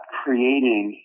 creating